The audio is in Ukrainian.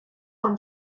вам